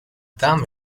done